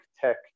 tech